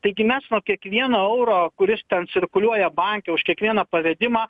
taigi mes nuo kiekvieno euro kuris ten cirkuliuoja banke už kiekvieną pavedimą